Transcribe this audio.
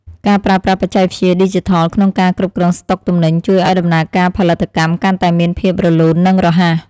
ការប្រើប្រាស់បច្ចេកវិទ្យាឌីជីថលក្នុងការគ្រប់គ្រងស្ដុកទំនិញជួយឱ្យដំណើរការផលិតកម្មកាន់តែមានភាពរលូននិងរហ័ស។